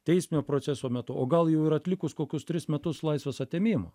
teisminio proceso metu o gal jau ir atlikus kokius tris metus laisvės atėmimo